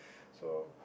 so